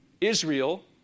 Israel